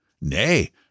Nay